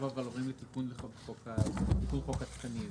אנחנו בסעיף 108, תיקון חוק התקנים.